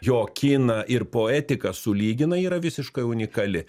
jo kiną ir poetiką sulygina yra visiškai unikali